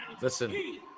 Listen